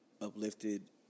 uplifted